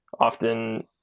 often